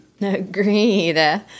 Agreed